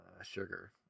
sugar